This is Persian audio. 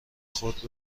خود